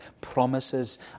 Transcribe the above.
promises